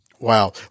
Wow